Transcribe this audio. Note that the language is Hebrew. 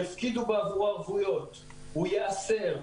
יפקידו בעבורו ערבויות והוא ייאסר.